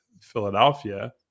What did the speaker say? Philadelphia